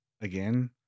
again